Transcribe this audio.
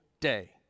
day